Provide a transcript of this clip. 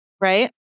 right